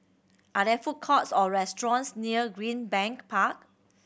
are there food courts or restaurants near Greenbank Park